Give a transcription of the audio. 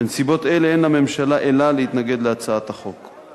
בנסיבות אלה אין לממשלה אלא להתנגד להצעת החוק.